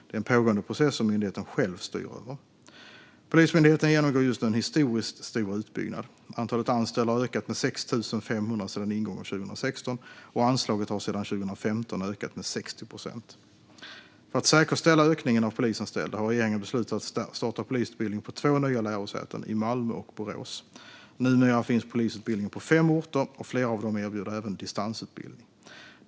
Det är en pågående process som myndigheten själv styr över. Polismyndigheten genomgår just nu en historiskt stor utbyggnad. Antalet anställda har ökat med 6 500 sedan ingången av 2016, och anslaget har sedan 2015 ökat med 60 procent. För att säkerställa ökningen av polisanställda har regeringen beslutat att starta polisutbildning på två nya lärosäten, i Malmö och Borås. Numera finns polisutbildningen på fem orter, och flera av dem erbjuder även distansutbildning.